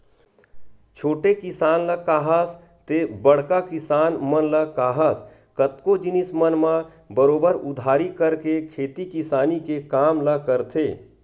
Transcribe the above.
छोटे किसान ल काहस ते बड़का किसान मन ल काहस कतको जिनिस मन म बरोबर उधारी करके खेती किसानी के काम ल करथे